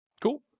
Cool